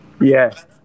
Yes